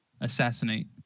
assassinate